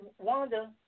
Wanda